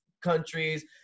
countries